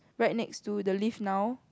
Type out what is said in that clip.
right next to the lift now